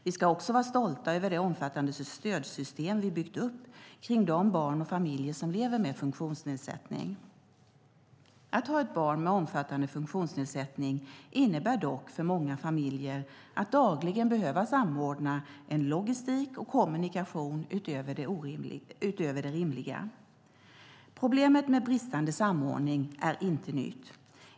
Vi ska också vara stolta över det omfattande stödsystem vi byggt upp kring de barn och familjer som lever med funktionsnedsättning. Att ha ett barn med omfattande funktionsnedsättning innebär dock för många familjer att dagligen behöva samordna en logistik och kommunikation utöver det rimliga. Problemet med bristande samordning är inte nytt.